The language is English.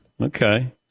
Okay